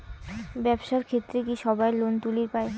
ব্যবসার ক্ষেত্রে কি সবায় লোন তুলির পায়?